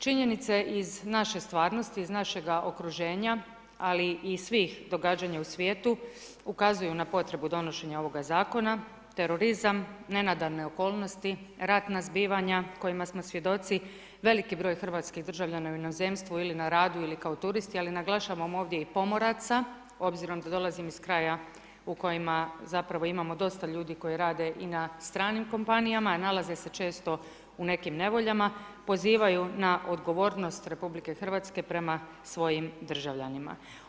Činjenica je iz naše stvarnosti, iz našega okruženja, ali i svih događanja u svijetu, ukazuju na potrebu donošenja ovoga Zakona, terorizam, nenadane okolnosti, ratna zbivanja kojima smo svjedoci, veliki broj hrvatskih državljana u inozemstvu ili na radu ili kao turisti, ali naglašavam ovdje i pomoraca, s obzirom da dolazim iz kraja u kojemu zapravo imamo dosta ljudi koji rade i na stranim kompanijama, a nalaze se često u nekim nevoljama, pozivaju na odgovornost RH prema svojim državljanima.